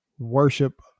worship